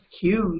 huge